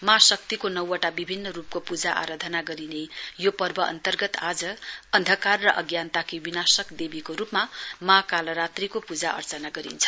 माँ शक्तिको नौवटा विभिन्न रुपको पूजा आराधना गरिने यो पर्व अन्तर्गत आज अन्धकार र अज्ञानताकी विनाशक देवीको रुपमा माँ कालरात्रीको पूजा अर्चना गरिन्छ